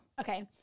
okay